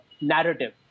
narrative